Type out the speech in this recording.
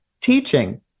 teaching